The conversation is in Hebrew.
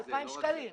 2,000 שקלים.